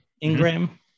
Ingram